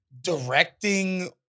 directing